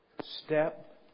step